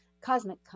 Cosmic